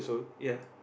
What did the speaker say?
ya